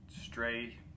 stray